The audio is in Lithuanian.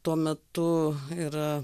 tuo metu yra